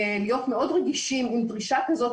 להיות מאוד רגישים עם דרישה כזאת.